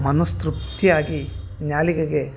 ಮನಸ್ಸುತೃಪ್ತಿಯಾಗಿ ನಾಲಿಗೆಗೆ